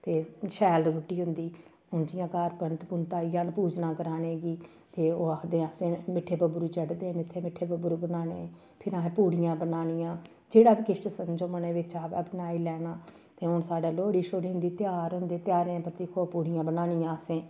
ते शैल रुट्टी होंदी हून जि'यां घर पंत पुंत आई जान पूजना कराने गी ते ओह् आखदे असें मिट्ठे बबरू चढ़दे न इत्थै मिट्ठे बबरू बनाने फिर असें पूड़ियां बनानियां जेहड़ा बी किश समझो मनै बिच्च आए बनाई लैना ते हून साड़े लोह्ड़ी शोड़ी होंदी तेहार होंदे तेहारें उप्पर दिक्खो पूड़ियां बनानियां असें